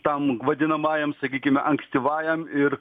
tam vadinamajam sakykime ankstyvajam ir